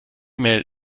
mail